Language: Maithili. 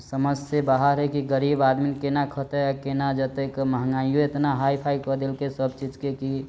समझ से बाहर है की गरीब आदमी केना खतै आ केना जतै क महँगाइयो एतना हाइ फाइ कऽ देलकै सबचीज के की